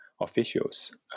officials